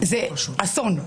זה אסון,